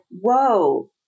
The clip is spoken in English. Whoa